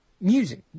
music